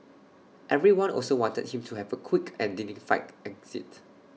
everyone also wanted him to have A quick and dignified exit